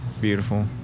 Beautiful